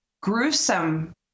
gruesome